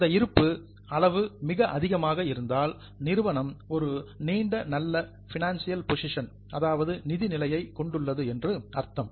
அந்த இருப்பு அளவு மிக அதிகமாக இருந்தால் நிறுவம் ஒரு நீண்ட நல்ல பினான்சியல் போசிஷன் நிதி நிலையை கொண்டுள்ளது என்று அர்த்தம்